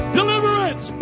deliverance